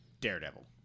Daredevil